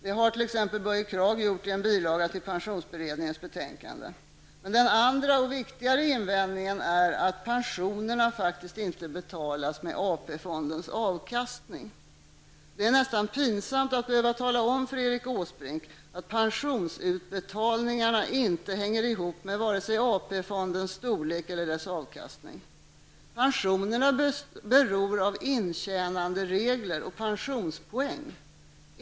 Det har t.ex. Börje Kragh gjort i en bilaga till pensionsberedningens betänkande. Den andra och viktigare invändningen är att pensionerna faktiskt inte betalas med AP-fondens avkastning. Det är nästan pinsamt att behöva tala om för Erik Åsbrink att pensionsutbetalningarna inte hänger ihop med vare sig AP-fondens storlek eller dess avkastning. Pensionerna beror av intjänanderegler och pensionspoäng.